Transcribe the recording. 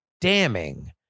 damning